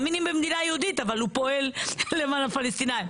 מאמינים במדינה יהודית אבל הוא פועל למען הפלסטינים.